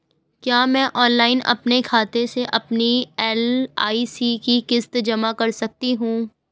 क्या मैं ऑनलाइन अपने खाते से अपनी एल.आई.सी की किश्त जमा कर सकती हूँ?